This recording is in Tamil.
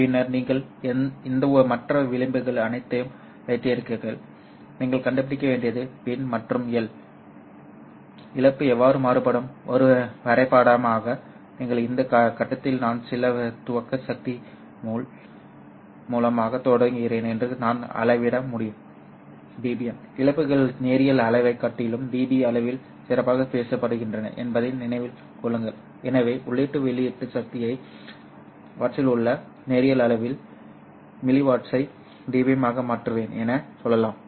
பின்னர் நீங்கள் இந்த மற்ற விளிம்புகள் அனைத்தையும் வைத்திருக்கிறீர்கள் நீங்கள் கண்டுபிடிக்க வேண்டியது பின் மற்றும் L இழப்பு எவ்வாறு மாறுபடும் வரைபடமாக நீங்கள் இந்த கட்டத்தில் நான் சில துவக்க சக்தி முள் மூலம் தொடங்குகிறேன் என்று நான் அளவிட முடியும் dBm இழப்புகள் நேரியல் அளவைக் காட்டிலும் dB அளவில் சிறப்பாகப் பேசப்படுகின்றன என்பதை நினைவில் கொள்ளுங்கள் எனவே உள்ளீட்டு வெளியீட்டு சக்தியை வாட்ஸில் உள்ள நேரியல் அளவில் மில்லி வாட்ஸை dBm ஆக மாற்றுவேன் என்று சொல்லலாம்